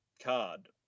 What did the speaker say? card